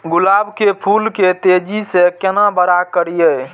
गुलाब के फूल के तेजी से केना बड़ा करिए?